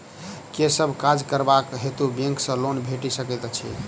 केँ सब काज करबाक हेतु बैंक सँ लोन भेटि सकैत अछि?